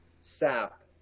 sap